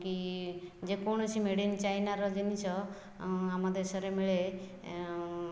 କି ଯେକୌଣସି made in ଚାଇନାର ଜିନିଷ ଆମ ଦେଶରେ ମିଳେ